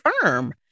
firm